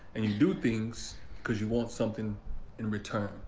and you do things because you want something in return.